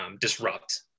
disrupt